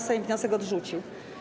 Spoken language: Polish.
Sejm wniosek odrzucił.